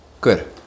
Good